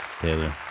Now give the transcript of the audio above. Taylor